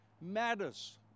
matters